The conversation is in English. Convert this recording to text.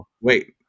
wait